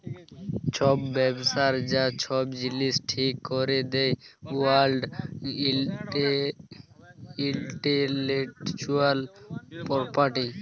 ছব ব্যবসার যা ছব জিলিস ঠিক ক্যরে দেই ওয়ার্ল্ড ইলটেলেকচুয়াল পরপার্টি